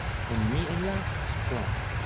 and mi and la strong.